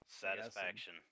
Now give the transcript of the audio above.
satisfaction